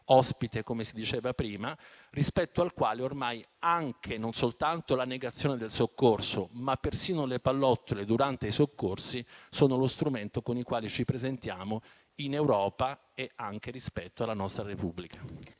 ospite, come si diceva prima - rispetto al quale ormai non soltanto la negazione del soccorso, ma persino le pallottole durante i soccorsi sono lo strumento con il quale ci presentiamo in Europa e anche alla nostra Repubblica.